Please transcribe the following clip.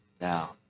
now